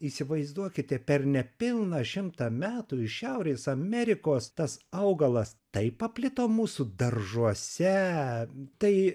įsivaizduokite per nepilną šimtą metų iš šiaurės amerikos tas augalas taip paplito mūsų daržuose tai